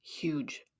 huge